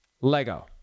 Lego